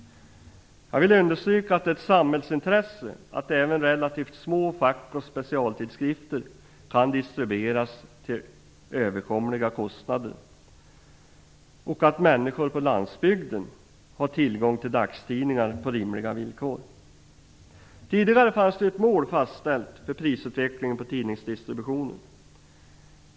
Jag vill understryka att det är ett samhällsintresse att även relativt små fackoch specialtidskrifter kan distribueras till överkomliga kostnader och att människor på landsbygden har tillgång till dagstidningar på rimliga villkor. Tidigare fanns ett mål fastställt för prisutvecklingen på tidningsdistribution.